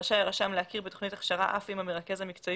רשאי הרשם להכיר בתוכנית הכשרה אף אם המרכז המקצועי